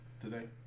today